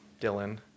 Dylan